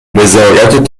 وزارت